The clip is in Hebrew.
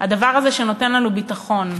הדבר הזה שנותן לנו ביטחון,